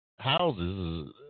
Houses